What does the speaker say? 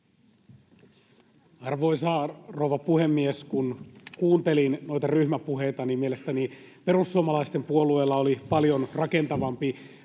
Arvoisa rouva puhemies! Kun kuuntelin noita ryhmäpuheita, niin mielestäni perussuomalaisten puolueella oli paljon rakentavampi